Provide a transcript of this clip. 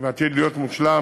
ועתיד להיות מושלם,